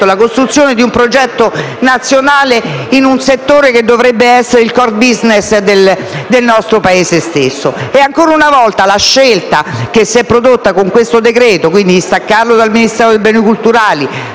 la costruzione di un progetto nazionale in un settore che dovrebbe essere il *core business* del nostro Paese. Ebbene, ancora una volta, la scelta operata con questo decreto-legge di staccarlo dal Ministero dei beni culturali